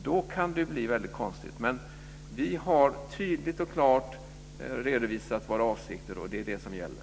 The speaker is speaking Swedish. Då kan det bli väldigt konstigt. Vi har tydligt och klart redovisat våra avsikter, och det är det som gäller.